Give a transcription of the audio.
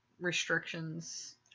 restrictions